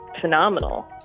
phenomenal